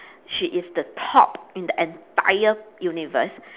she is the top in the entire universe